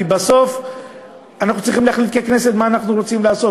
כי בסוף אנחנו צריכים להחליט ככנסת מה אנחנו צריכים לעשות.